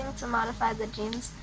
to modify the genes